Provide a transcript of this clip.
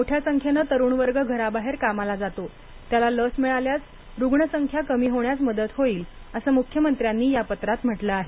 मोठ्या संख्येनं तरुण वर्ग घराबाहेर कामाला जातो त्याला लस मिळाल्यास रुग्ण संख्या कमी होण्यास मदत होईल असं मुख्यमंत्र्यांनी या पत्रात म्हंटलं आहे